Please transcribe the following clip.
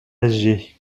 âgées